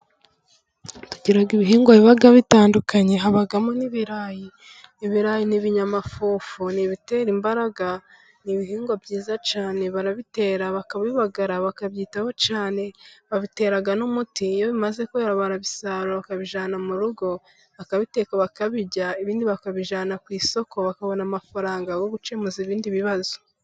Tugira ibihingwa biba bitandukanye, habamo nk'ibirayi, ibirayi n'ibinyamafufu, ni ibitera imbaraga, ni ibihingwa byiza cyane barabitera, bakabibagara, bakabyitaho cyane. Babitera n'umuti iyo bimaze kwera barabisarura bakabijyana mu rugo, bakabiteka bakabirya ibindi bakabijyana ku isoko, bakabona amafaranga yo gukemuza ibindi bibazo.